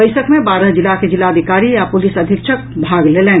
बैसक मे बारह जिला के जिलाधिकारी आ पुलिस अधीक्षक भाग लेलनि